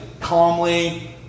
calmly